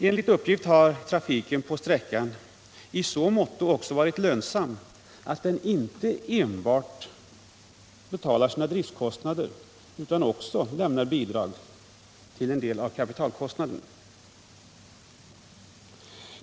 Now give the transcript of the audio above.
Enligt uppgift har trafiken i så måtto varit lönsam att den inte enbart betalar sina driftkostnader utan också lämnar bidrag till en del av kapitalkostnaden.